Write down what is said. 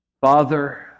Father